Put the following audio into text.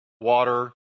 water